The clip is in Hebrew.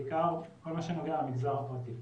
בעיקר לכל מה שנוגע למגזר הפרטי.